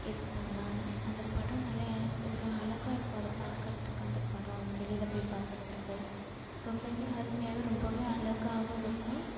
இது பண்ணால் அந்த படம் நல்ல ஒரு அழகா இருக்கும் அத பார்க்கறத்துக்கு அந்த படம் அது வெளியில போய் பார்க்கறத்துக்கு ரொம்பவே அருமையாகவே ரொம்பவே அழகாவும் இருக்கும்